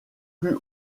plus